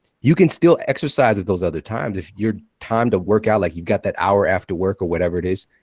you can still exercise at those other times. if your time to work out, like you've got that hour after work or whatever it is,